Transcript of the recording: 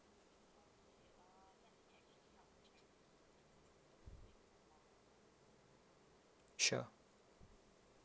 sure